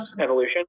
evolution